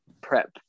prep